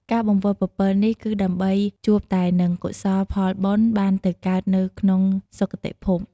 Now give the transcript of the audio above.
ការបង្វិលពពិលនេះគឺដើម្បីជួបតែនឹងកុសលផលបុណ្យបានទៅកើតនៅក្នុងសុគតិភព។